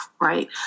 right